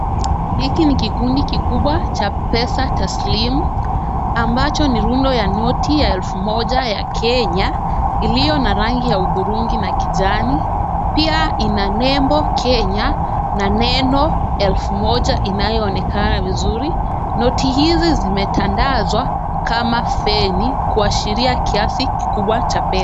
Hiki ni kikundi kikubwa cha pesa taslim ambacho ni rundo la noti ya elfu moja ya Kenya, iliyo na rangi ya hudhurungi na kijani. Pia ina nembo Kenya na neno elfu moja linaloonekana vizuri. Noti hizi zimetandazwa kama feni kuashiria kiasi kikubwa cha pesa.